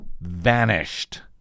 vanished